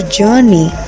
journey